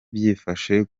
byifashe